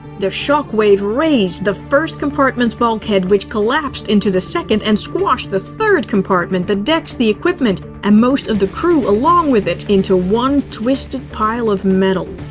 the shockwave razed the first compartment's bulkhead, which collapsed into the second and squashed the third compartment, the decks, the equipment, and most of the crew along with it, into one twisted pile of metal.